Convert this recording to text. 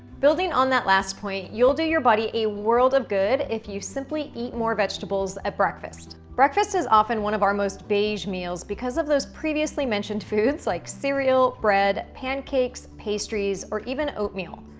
building on that last point, you'll do your body a world of good if you simply eat more vegetables at breakfast. breakfast is often one of our most beige meals because of those previously mentioned foods like cereal, bread, pancakes, pastries, or even oatmeal.